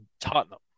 Tottenham